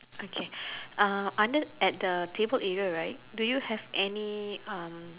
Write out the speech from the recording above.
okay uh under at the table right do you have any um